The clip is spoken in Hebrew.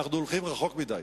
אנחנו הולכים רחוק מדי.